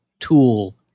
tool